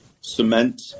cement